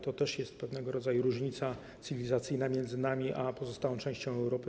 To też jest pewnego rodzaju różnica cywilizacyjna między nami a pozostałą częścią Europy.